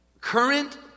Current